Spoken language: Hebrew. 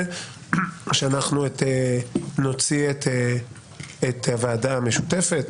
שאנחנו נוציא את הוועדה המשותפת.